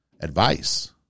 Advice